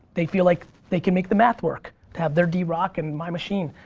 they feel like they can make the math work. to have their drock and my machine.